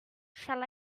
shall